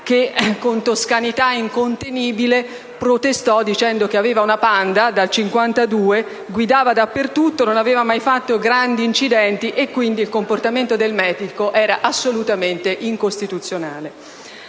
età, con toscanità incontenibile protestò dicendo che aveva una Panda, dal 1952 guidava dappertutto, non aveva mai avuto gravi incidenti e quindi il comportamento del medico era assolutamente incostituzionale.